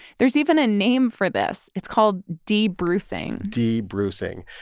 there's even a name for this it's called de-brucing de-brucing.